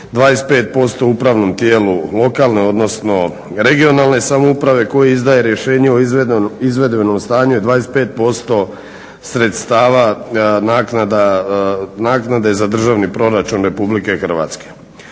25% upravnom tijelu lokalne odnosno regionalne samouprave koji izdaje rješenje o izvedbenom stanju je 25% sredstava naknade za državni proračun Republike Hrvatske.